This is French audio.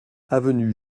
avenue